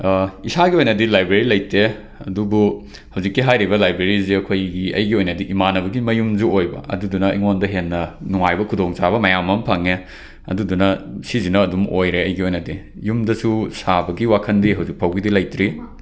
ꯏꯁꯥꯒꯤ ꯑꯣꯏꯅꯗꯤ ꯂꯥꯏꯕ꯭ꯔꯦꯔꯤ ꯂꯩꯇꯦ ꯑꯗꯨꯕꯨ ꯍꯧꯖꯤꯛꯀꯤ ꯍꯥꯏꯔꯤꯕ ꯂꯥꯏꯕ꯭ꯔꯦꯔꯤꯁꯤ ꯑꯩꯈꯣꯏꯒꯤ ꯑꯩꯒꯤ ꯑꯣꯏꯅꯗꯤ ꯏꯃꯥꯟꯅꯕꯒꯤ ꯃꯌꯨꯝꯁꯨ ꯑꯣꯏꯕ ꯑꯗꯨꯗꯨꯅ ꯑꯩꯉꯣꯟꯗ ꯍꯦꯟꯅ ꯅꯨꯡꯉꯥꯏꯕ ꯈꯨꯗꯣꯡꯆꯥꯕ ꯃꯌꯥꯝ ꯑꯃ ꯐꯪꯏ ꯑꯗꯨꯗꯨꯅ ꯁꯤꯁꯤꯅ ꯑꯗꯨꯝ ꯑꯣꯏꯔꯦ ꯑꯩꯒꯤ ꯑꯣꯏꯅꯗꯤ ꯌꯨꯝꯗꯁꯨ ꯁꯥꯕꯒꯤ ꯋꯥꯈꯟꯗꯤ ꯍꯧꯖꯤꯛꯐꯥꯎꯕꯒꯤꯗꯤ ꯂꯩꯇ꯭ꯔꯤ